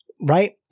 Right